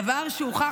בקיצור,